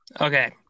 Okay